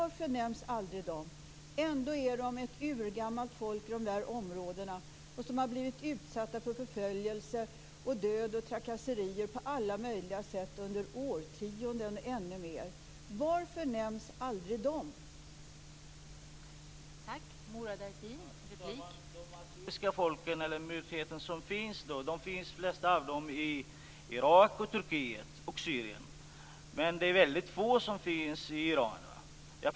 Ändå är assyrierna ett urgammalt folk i dessa områden som har blivit utsatt för förföljelse, död och trakasserier på alla möjliga sätt under årtionden och ännu längre. Varför nämns aldrig assyrierna?